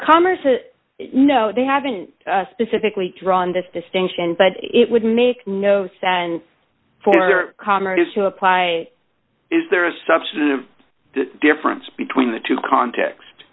commerce no they haven't specifically drawn this distinction but it would make no sense for commerce to apply is there is such a difference between the two context